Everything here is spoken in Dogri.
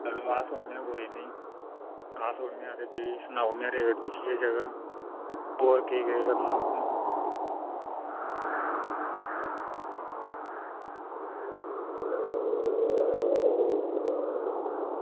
चलो अस औन्ने आं कोई निं ते सनाओ थोह्ड़ा निहां ते सनाई ओड़ने आं दिक्खियै थोह्ड़ी नेहीं जगह् होर केह् केह् करना तुसें